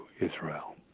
Israel